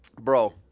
Bro